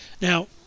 Now